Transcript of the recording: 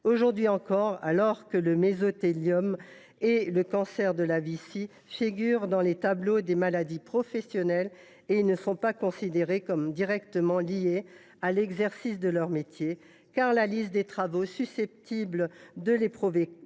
Aujourd’hui encore, alors que le mésothéliome et le cancer de la vessie figurent dans les tableaux des maladies professionnelles, ils ne sont pas considérés comme directement liés à l’exercice du métier de sapeur pompier, car la liste des travaux susceptibles de les provoquer